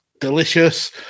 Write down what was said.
delicious